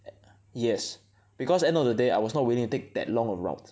and yes because end of the day I was not willing take that long a route